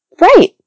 right